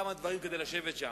הם עשו כמה דברים כדי לשבת שם.